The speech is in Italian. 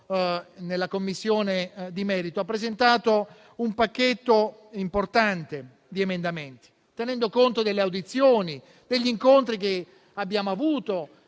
il Partito Democratico ha presentato un pacchetto importante di emendamenti, tenendo conto delle audizioni e degli incontri che abbiamo avuto